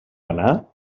anar